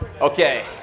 Okay